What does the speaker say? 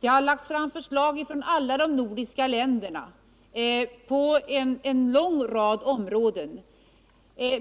Det har lagts fram förslag från alla de nordiska länderna omfattande en lång rad områden.